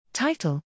Title